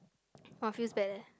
!wah! feels bad leh